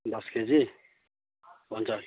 दस केजी हुन्छ